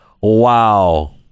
Wow